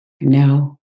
No